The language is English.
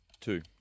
Two